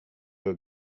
are